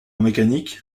mécanique